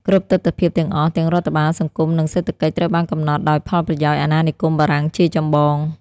គ្រប់ទិដ្ឋភាពទាំងអស់ ទាំងរដ្ឋបាល សង្គម និងសេដ្ឋកិច្ចត្រូវបានកំណត់ដោយផលប្រយោជន៍អាណានិគមបារាំងជាចម្បង។